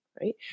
right